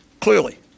clearly